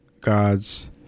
God's